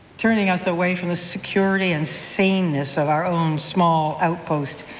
turning us away from the security and saneness of our own small outpost.